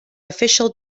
official